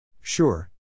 Sure